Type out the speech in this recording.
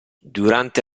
durante